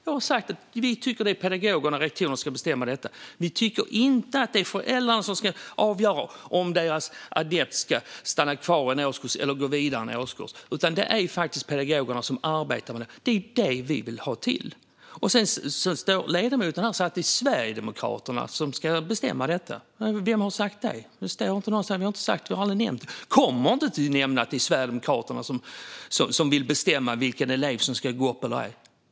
Jag har sagt att vi tycker att det är pedagogerna och rektorerna som ska bestämma detta. Vi tycker inte att det är föräldrarna som ska avgöra om deras adept ska gå om en årskurs eller gå vidare till nästa årskurs. Det är faktiskt pedagogerna som arbetar med detta som ska bestämma. Det är så vi vill ha det. Sedan står ledamoten här och säger att det är Sverigedemokraterna som ska bestämma detta. Vem har sagt det? Det står ingenstans. Vi har aldrig nämnt det, och vi kommer inte att säga att det är Sverigedemokraterna som vill bestämma vilken elev som ska gå vidare till nästa årskurs eller ej.